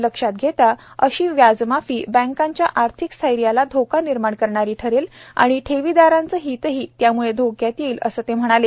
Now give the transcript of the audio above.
हे लक्षात घेता अशी व्याजमाफी बँकाच्या आर्थिक स्थैर्याला धोका निर्माण करणारी ठरेल आणि ठेविदारांचं हितही त्याम्ळं धोक्यात येईल असं ते म्हणाले